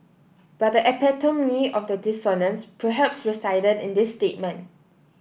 but the epitome of the dissonance perhaps resided in this statement